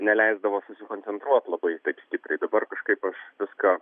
neleisdavo susikoncentruot labai taip stipriai dabar kažkaip aš viską